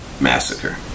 massacre